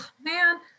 man